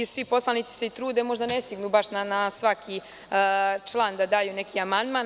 Svi poslanici se trude, ali možda ne stignu baš na svaki član da daju neki amandman.